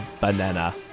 banana